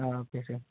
ah okay sir